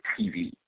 TV